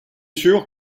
sûr